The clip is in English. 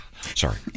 Sorry